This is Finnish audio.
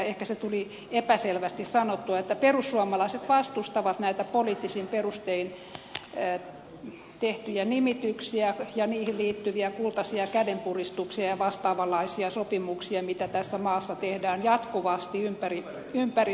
ehkä se tuli epäselvästi sanottua että perussuomalaiset vastustavat näitä poliittisin perustein tehtyjä nimityksiä ja niihin liittyviä kultaisia kädenpuristuksia ja vastaavanlaisia sopimuksia mitä tässä maassa tehdään jatkuvasti ympäri suomea